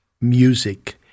music